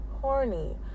horny